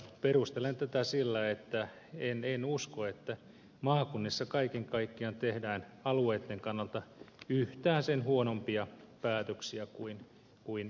perustelen tätä sillä että en usko että maakunnissa kaiken kaikkiaan tehdään alueitten kannalta yhtään sen huonompia päätöksiä kuin ministeriöissäkään